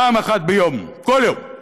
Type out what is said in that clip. פעם אחת ביום, כל יום: